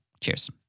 Cheers